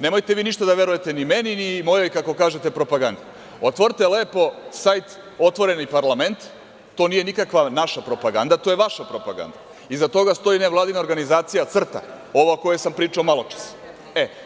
Nemojte vi ništa da verujete ni meni ni mojoj, kako kažete propagandi, otvorite lepo sajt „Otvoreni parlament“, to nije nikakva naša propaganda, to je vaša propaganda, iza toga stoji nevladina organizacija CRTA, ova o kojoj sam pričao maločas,